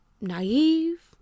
naive